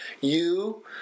you-